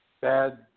bad